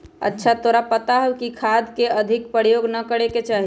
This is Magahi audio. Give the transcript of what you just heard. अच्छा तोरा पता हाउ खाद के अधिक प्रयोग ना करे के चाहि?